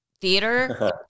Theater